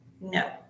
no